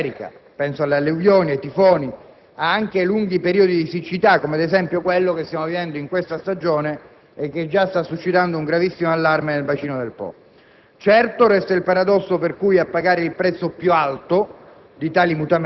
e nel Nord America, penso alle alluvioni, ai tifoni, anche ai lunghi periodi di siccità, come ad esempio quello che in questa stagione e che già sta suscitando un gravissimo allarme nel bacino del Po. Certo, resta il paradosso per cui a pagare il prezzo più alto